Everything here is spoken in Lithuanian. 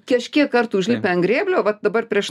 kažkiek kartų užlipę ant grėblio vat dabar prieš